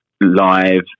live